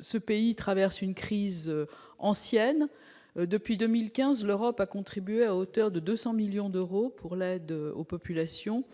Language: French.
ce pays traverse une crise ancienne depuis 2015, l'Europe a contribué à hauteur de 200 millions d'euros pour l'aide aux populations